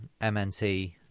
MNT